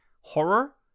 horror